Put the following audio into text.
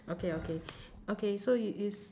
okay okay okay so you is